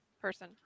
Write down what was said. person